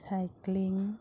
cycling